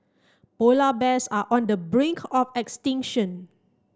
polar bears are on the brink of extinction